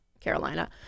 Carolina